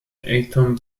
atom